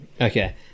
okay